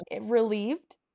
relieved